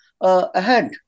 Ahead